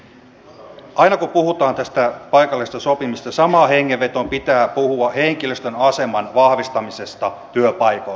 aina kun puhutaan tästä paikallisesta sopimisesta samaan hengenvetoon pitää puhua henkilöstön aseman vahvistamisesta työpaikoilla